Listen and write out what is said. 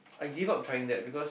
I give up trying that because